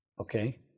Okay